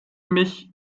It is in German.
mich